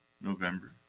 November